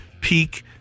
peak